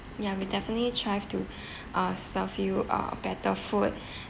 ya we definitely try to uh serve you uh better food